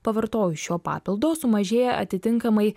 pavartojus šio papildo sumažėja atitinkamai